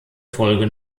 folge